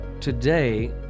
today